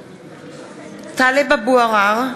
הכנסת) טלב אבו עראר,